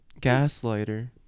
Gaslighter